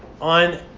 on